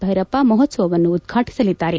ಭೈರಪ್ಪ ಮಹೋತ್ಸವವನ್ನು ಉದ್ಘಾಣಸಅದ್ದಾರೆ